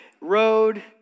road